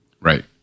Right